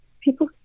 People